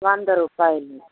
వంద రూపాయలు